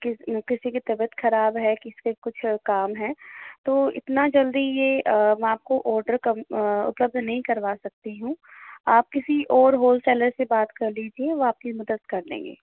किस किसी की तबियत खराब है किसी का कुछ काम है तो इतना जल्दी यह हम आपको ऑर्डर उपलब्ध नहीं करवा सकती हूँ आप किसी और होलसेलर से बात कर लीजिए वो आपकी मदद कर देंगे